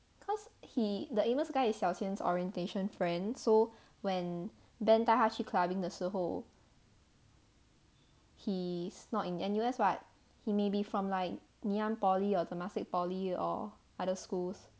cause he the amos guy is 小仙 orientation friend so when ben 带他去 clubbing 的时候 he's not in N_U_S [what] he may be from like ngee ann poly or temasek poly or other schools